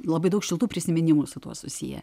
labai daug šiltų prisiminimų su tuo susiję